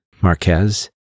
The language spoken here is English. Marquez